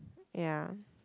ya